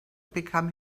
become